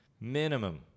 minimum